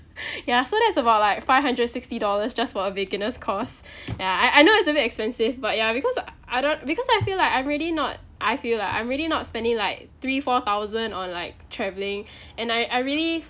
ya so that's about like five hundred sixty dollars just for a beginner's course ya I I know it's a bit expensive but ya because uh I don't because I feel like I'm really not I feel lah I'm really not spending like three four thousand on like travelling and I I really